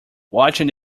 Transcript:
watching